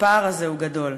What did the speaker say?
הפער הזה הוא גדול.